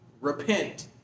repent